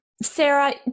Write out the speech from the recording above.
Sarah